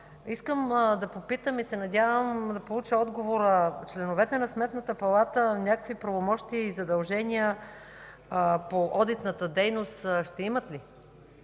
искам да попитам и се надявам да получа отговор: членовете на Сметната палата някакви правомощия и задължения по одитната дейност ще имат ли?